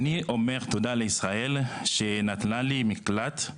אני אומר תודה לישראל שנתנה לי מקלט,